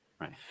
right